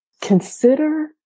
Consider